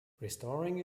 restoring